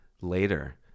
later